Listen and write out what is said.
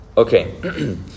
Okay